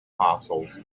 apostles